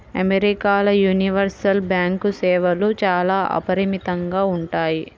అమెరికాల universal bank సేవలు చాలా అపరిమితంగా ఉంటాయి